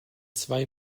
zwei